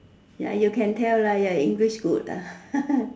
ya you can tell lah your English good ah